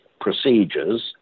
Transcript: procedures